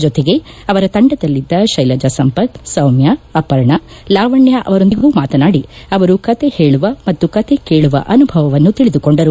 ಜೊತೆಗೆ ಅವರ ತಂಡದಲ್ಲಿದ್ದ ಶೈಲಜಾ ಸಂಪತ್ ಸೌಮ್ಯ ಅಪರ್ಣ ಲಾವಣ್ಯ ಅವರೊಂದಿಗೂ ಮಾತನಾದಿ ಅವರು ಕತೆ ಹೇಳುವ ಮತ್ತು ಕತೆ ಕೇಳುವ ಅನುಭವವನ್ನು ತಿಳಿದುಕೊಂಡರು